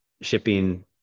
shipping